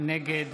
נגד